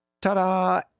ta-da